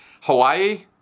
Hawaii